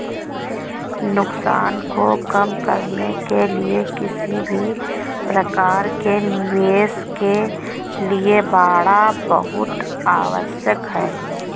नुकसान को कम करने के लिए किसी भी प्रकार के निवेश के लिए बाड़ा बहुत आवश्यक हैं